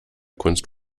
kunst